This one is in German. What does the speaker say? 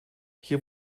hier